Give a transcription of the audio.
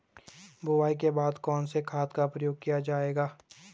बुआई के बाद कौन से खाद का प्रयोग किया जायेगा?